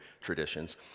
traditions